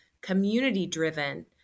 community-driven